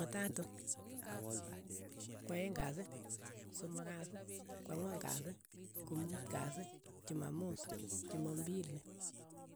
Chumatatu, kwaeng' kasi, kosomok kasi, kwang'wan kasi, komut kasi, chumamos, chuma mbili.